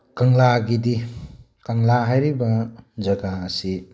ꯀꯪꯂꯥꯒꯤꯗꯤ ꯀꯪꯂꯥ ꯍꯥꯏꯔꯤꯕ ꯖꯒꯥ ꯑꯁꯤ